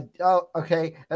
Okay